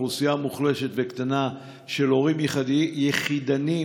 אוכלוסייה מוחלשת וקטנה של הורים יחידניים